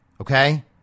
okay